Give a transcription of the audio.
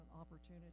opportunity